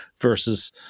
versus